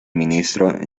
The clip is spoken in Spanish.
ministro